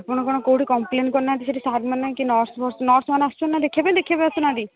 ଆପଣ କ'ଣ କୋଉଠି କମ୍ପ୍ଲେନ୍ କରୁ ନାହାନ୍ତି ସେଠି ସାର୍ମାନେ କି ନର୍ସ ଫର୍ସ ନର୍ସମାନେ ଆସୁଛନ୍ତି ନା ଦେଖିବା ପାଇଁ ଦେଖିବା ପାଇଁ ଆସୁ ନାହାନ୍ତି